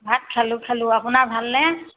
ভাত খালোঁ খালোঁ আপোনাৰ ভালনে